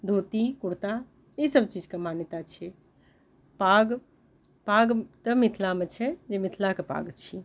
धोती कुर्ता ई सभ चीजके मान्यता छै पाग पाग तऽ मिथिलामे छै जे मिथिलाके पाग छियै